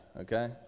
okay